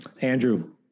Andrew